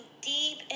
deep